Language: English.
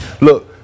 Look